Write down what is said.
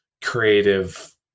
creative